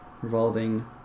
revolving